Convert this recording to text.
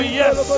yes